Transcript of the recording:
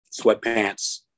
sweatpants